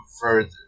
further